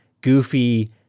goofy